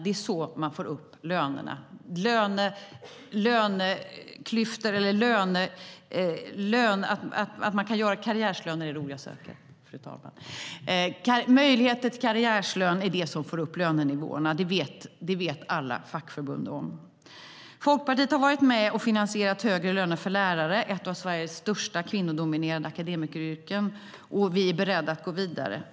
Det är så man får upp lönerna. Möjligheter till karriärslön är det som får upp lönenivåerna. Det vet alla fackförbund om. Folkpartiet har varit med och finansierat högre löner för lärare. Det är ett av Sveriges största kvinnodominerade akademikeryrken. Vi är beredda att gå vidare.